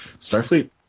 Starfleet